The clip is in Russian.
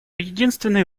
единственный